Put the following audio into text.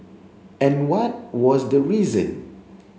and what was the reason